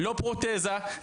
לא פרוטזה,